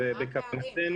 מה הפערים?